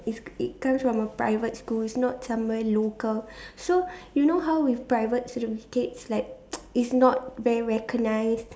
is it comes from a private school it's not somewhere local so you know how with private certificate's like it's not very recognized